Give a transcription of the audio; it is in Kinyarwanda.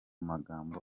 magambo